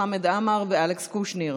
חמד עמאר ואלכס קושניר.